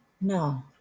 no